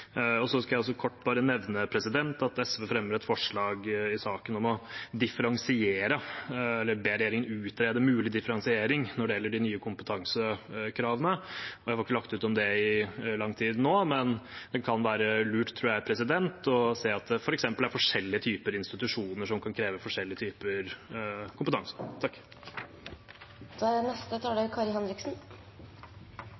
Så skal jeg bare kort nevne at SV fremmer et forslag i saken om å be regjeringen utrede en mulig differensiering når det gjelder de nye kompetansekravene. Jeg får ikke lagt ut om det i lang tid nå, men jeg tror at det kan være lurt å se at det f.eks. er forskjellige typer institusjoner som kan kreve forskjellige typer kompetanse.